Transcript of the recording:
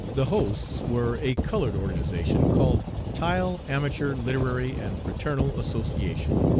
the hosts were a colored organization called tile amateur literary and fraternal association,